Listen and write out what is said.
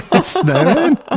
Snowman